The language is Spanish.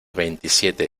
veintisiete